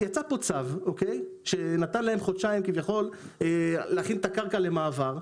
יצא פה צו שנתן להם חודשיים כביכול להכין את הקרקע למעבר,